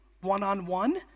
one-on-one